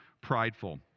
prideful